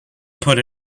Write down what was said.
put